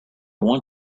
want